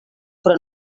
però